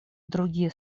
другие